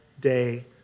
day